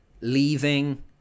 leaving